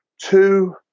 two